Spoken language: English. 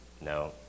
No